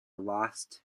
lost